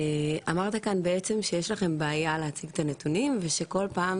בעצם אמרת כאן שיש לכם בעיה להציג את הנתונים ושכל פעם